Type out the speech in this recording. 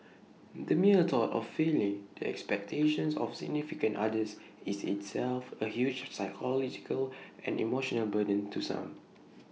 the mere thought of failing the expectations of significant others is itself A huge psychological and emotional burden to some